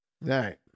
right